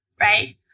right